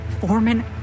Foreman